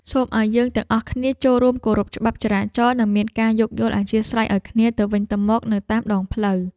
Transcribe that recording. សូមឱ្យយើងទាំងអស់គ្នាចូលរួមគោរពច្បាប់ចរាចរណ៍និងមានការយោគយល់អធ្យាស្រ័យឱ្យគ្នាទៅវិញទៅមកនៅតាមដងផ្លូវ។